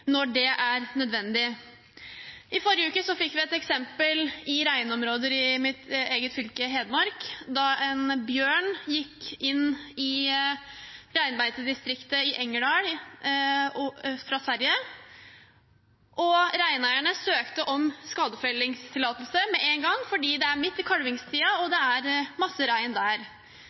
når det er nødvendig. I forrige uke fikk vi et eksempel i reinområder i mitt eget fylke, Hedmark, da en bjørn gikk inn i reinbeitedistriktet i Engerdal fra Sverige. Reineierne søkte om skadefellingstillatelse med en gang, fordi det er midt i kalvingstiden og det er masse rein der.